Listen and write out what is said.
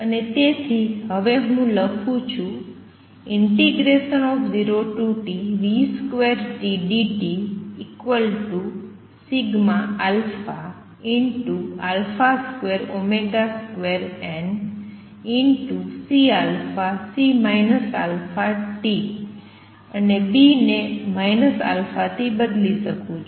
અને તેથી હવે હું લખું છુ 0Tv2tdt 22CC αT અને ને α થી બદલી શકું છું